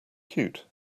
cute